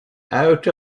out